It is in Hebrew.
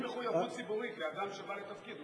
יש מחויבות ציבורית לאדם שבא לתפקיד,